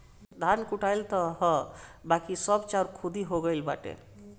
धान कुटाइल तअ हअ बाकी सब चाउर खुद्दी हो गइल बाटे